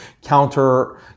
counter